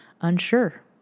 unsure